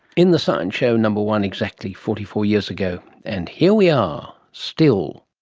in the science show number one, exactly forty four years ago. and here we are, still